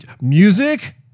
Music